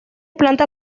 planta